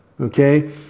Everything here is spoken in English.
okay